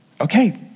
Okay